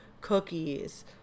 Cookies